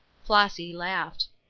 flossy laughed.